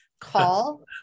call